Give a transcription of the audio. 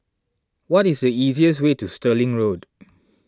what is the easiest way to Stirling Road